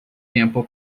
tempo